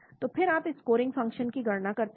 तो फिर आप एक स्कोरिंग फ़ंक्शन की गणना करते हैं